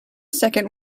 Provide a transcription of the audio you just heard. second